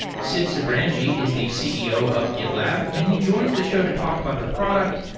sid sijbrandij is the ceo of gitlab and he joins the show to talk about the product,